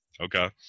okay